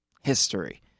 History